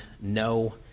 no